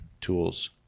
tools